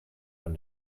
von